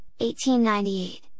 1898